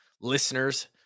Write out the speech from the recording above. listeners